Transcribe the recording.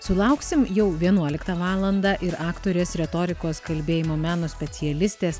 sulauksim jau vienuoliktą valandą ir aktorės retorikos kalbėjimo meno specialistės